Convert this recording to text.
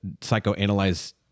psychoanalyze